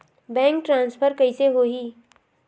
Bank transfer कइसे होही?